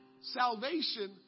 salvation